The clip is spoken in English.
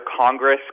Congress